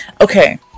okay